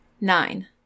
Nine